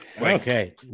Okay